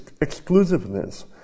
exclusiveness